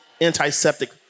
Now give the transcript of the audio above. antiseptic